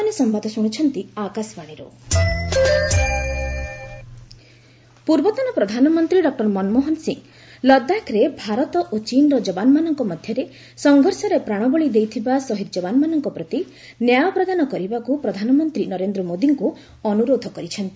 Manmohan Singh PM ପୂର୍ବତନ ପ୍ରଧାନମନ୍ତ୍ରୀ doctor Manmohan Singh ଲଦାଖରେ ଭାରତ ଓ ଚୀନ୍ର ଜବାନମାନଙ୍କ ମଧ୍ୟରେ ସଂଘର୍ଷରେ ପ୍ରାଣବଳୀ ଦେଇଥିବା ସହିଦ ଜବାନମାନଙ୍କ ପ୍ରତି ନ୍ୟାୟ ପ୍ରଦାନ କରିବାକୁ ପ୍ରଧାନମନ୍ତ୍ରୀ ନରେନ୍ଦ୍ର ମୋଦିଙ୍କୁ ଅନୁରୋଧ କରିଛନ୍ତି